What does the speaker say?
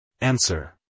Answer